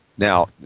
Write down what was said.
now,